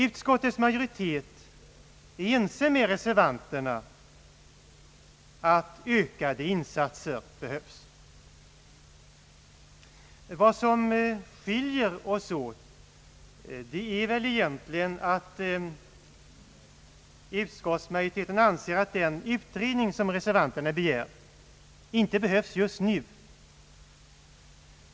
Utskottets majoritet är ense med reservanterna om att ökade insatser behövs. Vad som skiljer oss åt är väl egentligen att utskottsmajoriteten anser att den utredning som reservanterna begär inte behövs just nu.